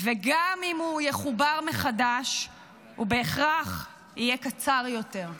וגם אם הוא יחובר מחדש, הוא בהכרח יהיה קצר יותר.